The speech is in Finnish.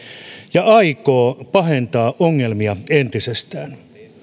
ja aikoo pahentaa ongelmia entisestään